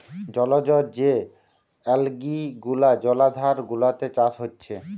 জলজ যে অ্যালগি গুলা জলাধার গুলাতে চাষ হচ্ছে